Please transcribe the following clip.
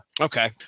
Okay